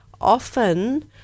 often